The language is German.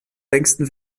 längsten